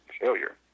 failure